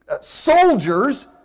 soldiers